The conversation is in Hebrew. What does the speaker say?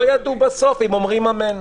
לא ידעו בסוף אם אומרים אמן.